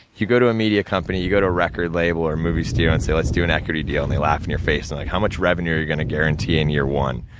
you go to a media company, you go to a record label or a movie studio, and you say, let's do an equity deal, and they laugh in your face. and like, how much revenue are you gonna guarantee in year one?